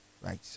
right